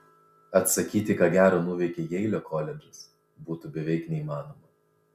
atsakyti ką gera nuveikė jeilio koledžas būtų beveik neįmanoma